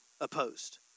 opposed